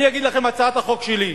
אני אגיד לכם, הצעת החוק שלי,